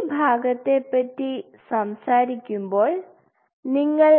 ഈ ഭാഗത്തെ പറ്റി സംസാരിക്കുമ്പോൾ നിങ്ങൾ